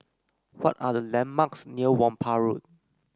what are the landmarks near Whampoa Road